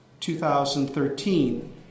2013